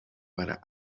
para